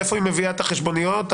לאן היא מביאה את החשבוניות ואת הקבלות?